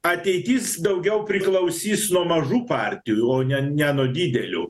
ateitis daugiau priklausys nuo mažų partijų o ne ne nuo didelių